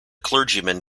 clergyman